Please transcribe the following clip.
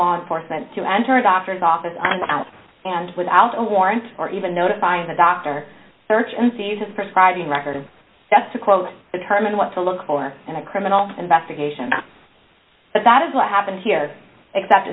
law enforcement to enter a doctor's office on and without a warrant or even notifying the doctor search and seizure prescribing records that's a quote determine what to look for in a criminal investigation but that is what happened here except